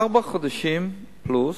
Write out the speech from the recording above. ארבעה חודשים פלוס